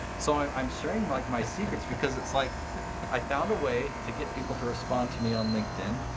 so i'm i'm sharing like my secrets because it's like i found a way to get people to respond to me on linkedin